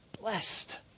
blessed